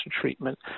treatment